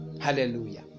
Hallelujah